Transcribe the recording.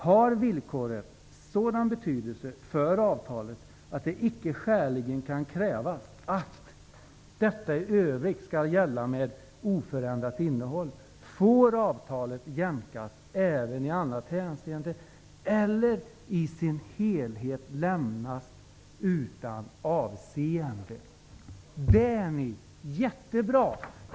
Har villkoret sådan betydelse för avtalet att det icke skäligen kan krävas att detta i övrigt skall gälla med oförändrat innehåll, får avtalet jämkas även i annat hänseende eller i sin helhet lämnas utan avseende.'' Det är jättebra.